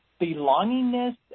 belongingness